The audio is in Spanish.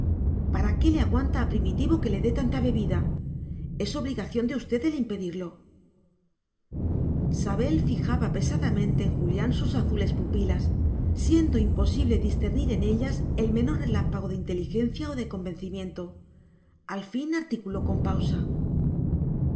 para qué le aguanta a primitivo que le dé tanta bebida es obligación de usted el impedirlo sabel fijaba pesadamente en julián sus azules pupilas siendo imposible discernir en ellas el menor relámpago de inteligencia o de convencimiento al fin articuló con pausa